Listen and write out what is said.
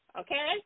Okay